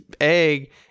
egg